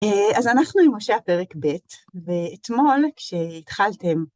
אז אנחנו עם משה פרק ב', ואתמול כשהתחלתם